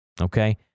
okay